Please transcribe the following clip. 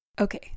Okay